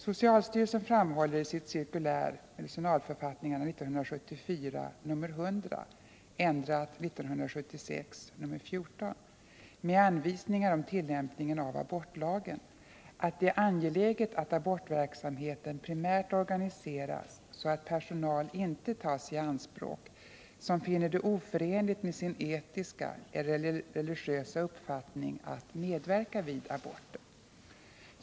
Socialstyrelsen framhåller i sitt cirkulär MF 1974:100, ändrat 1976:14, med anvisningar om tillämpningen av abortlagen att det är angeläget att abortverksamheten primärt organiseras så att personal inte tas i anspråk, som finner det oförenligt med sin etiska eller religiösa uppfattning att medverka vid aborter.